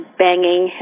banging